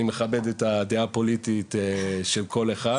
אני מכבד את הדעה הפוליטית של כל אחד,